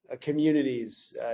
communities